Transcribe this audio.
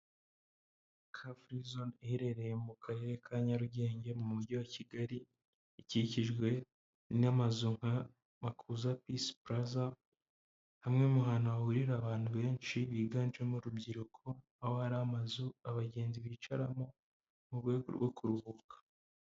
Kafurizone iherereye mu karere ka Nyarugenge mu mujyi wa Kigali, ikikijwe n'amazu nka Makuza Pisi Puraza, hamwe mu hantu hahurira abantu benshi biganjemo urubyiruko, aho hari amazu abagenzi bicaramo mu rwego rwo kuruhuka.